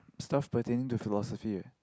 stuff pertaining to philosophy